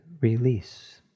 release